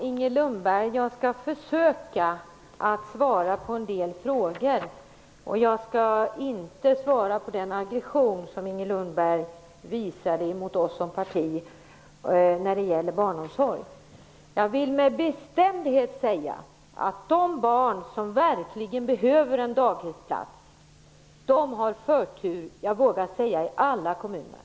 Herr talman! Jag skall försöka att svara på en del frågor, Inger Lundberg. Jag skall inte svara på den aggression som Inger Lundberg visade mot oss som parti när det gäller barnomsorg. Jag vågar säga att de barn som verkligen behöver en dagisplats har förtur i alla kommuner.